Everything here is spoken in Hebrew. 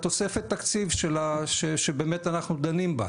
תודה רבה.